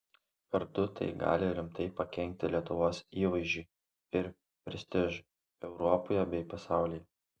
kartu tai gali rimtai pakenkti lietuvos įvaizdžiui ir prestižui europoje bei pasaulyje